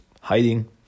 hiding